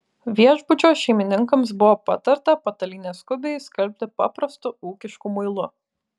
viešbučio šeimininkams buvo patarta patalynę skubiai išskalbti paprastu ūkišku muilu